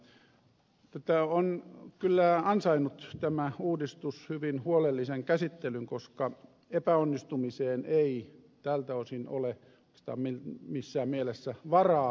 tämä uudistus on kyllä ansainnut hyvin huolellisen käsittelyn koska epäonnistumiseen ei tältä osin ole oikeastaan missään mielessä varaa